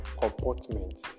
comportment